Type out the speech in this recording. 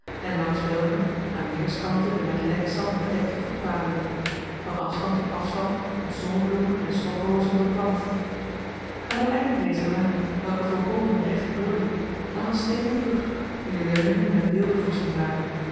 en langs welken aan weerskanten de met lekzand bedekte voetpaden liepen van afstand tot afstand met zonnebloemen en stokrozen beplant aan het einde dezer laan welke volkomen recht doorliep lag een steenen brug wier leuningen met beelden voorzien waren